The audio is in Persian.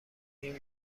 این